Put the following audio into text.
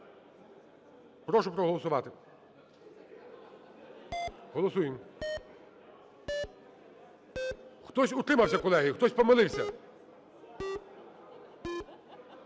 Прошу проголосувати. Голосуємо. Хто утримався, колеги, хтось помилився.